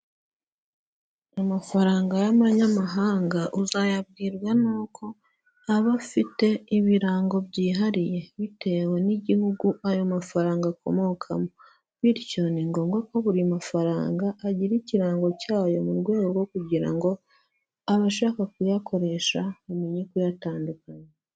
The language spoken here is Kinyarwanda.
Amafaranga y'abanyamahanga uzayabwirwa n'uko aba afite ibirango byihariye, bitewe n'igihugu ayo mafaranga akomokamo bityo ni ngombwa ko buri mafaranga agira ikirango cyayo mu rwego rwo kugira ngo abashaka kuyakoresha bamenye kuyatandukanya.